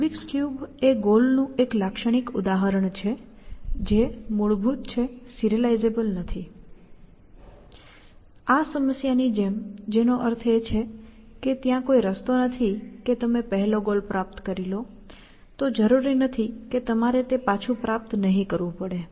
Rubik's cube એ ગોલનું એક લાક્ષણિક ઉદાહરણ છે જે મૂળભૂત છે સિરીઝેબલ નથી આ સમસ્યાની જેમ જેનો અર્થ એ છે કે ત્યાં કોઈ રસ્તો નથી કે તમે પહેલો ગોલ પ્રાપ્ત કરી લો તો જરૂરી નથી કે તમારે તે પાછું પ્રાપ્ત નહીં કરવું પડે